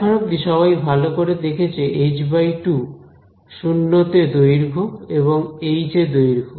এখন অব্দি সবাই ভালো করে দেখেছ h2 0 তে দৈর্ঘ্য এবং এইচ এ দৈর্ঘ্য